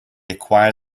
acquired